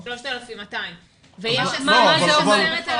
3,200. זה